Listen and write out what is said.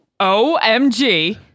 OMG